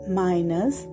minus